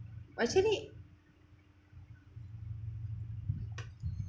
actually